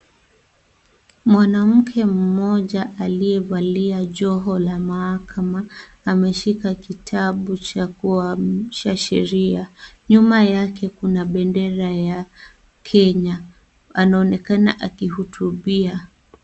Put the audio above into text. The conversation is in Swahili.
Mwanamke mmoja aliyevalia joho la mahakama ameshika kitabu cha kuamsha sheria. Nyuma yake kuna bendera ya kenya. Anaonekana akihutubia.